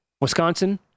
Wisconsin